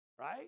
right